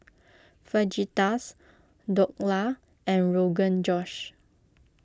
Fajitas Dhokla and Rogan Josh